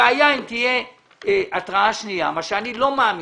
והיה אם תהיה התראה שנייה, מה שאני לא מאמין,